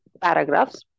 paragraphs